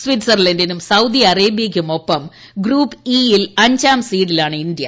സ്വിറ്റ്സർലന്റിനും Saudi അറേബൃയ്ക്കുമൊപ്പം group E യിൽ അഞ്ചാം സീഡിലാണ് ഇന്തൃ